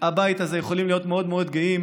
הבית הזה, יכולים להיות מאוד מאוד גאים